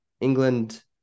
England